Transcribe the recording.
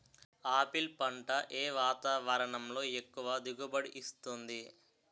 Apple పంట ఏ వాతావరణంలో ఎక్కువ దిగుబడి ఇస్తుంది?